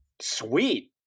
Sweet